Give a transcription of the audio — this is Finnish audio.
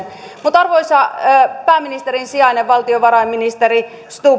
lopputulokseen arvoisa pääministerin sijainen valtiovarainministeri stubb